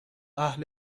اهل